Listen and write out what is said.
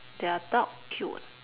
their dog cute